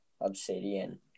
obsidian